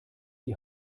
die